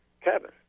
Kevin